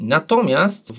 Natomiast